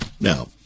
Now